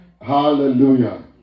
hallelujah